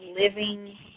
living